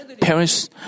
Parents